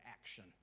action